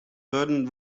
wurden